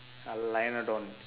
a lionlodon